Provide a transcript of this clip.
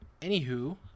Anywho